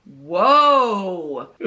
whoa